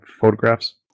photographs